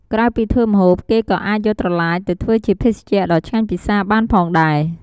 ក្រៅពីធ្វើម្ហូប គេក៏អាចយកត្រឡាចទៅធ្វើជាភេសជ្ជៈដ៏ឆ្ងាញ់ពិសាបានផងដែរ។